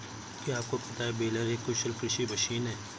क्या आपको पता है बेलर एक कुशल कृषि मशीन है?